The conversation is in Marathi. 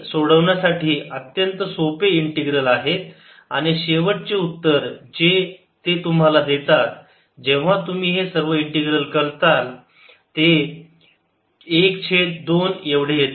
हे सोडवण्यासाठी अत्यंत सोपे इंटीग्रल आहेत आणि शेवटचे उत्तर जे ते तुम्हाला देतात जेव्हा तुम्ही हे सर्व इंटीग्रल करताल ते 1 छेद 2 एवढे येते